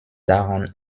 daran